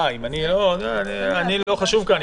אין לזה צידוק לפי מה שהסברת.